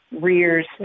rears